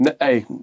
hey